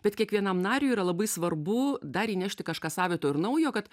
bet kiekvienam nariui yra labai svarbu dar įnešti kažką savito ir naujo kad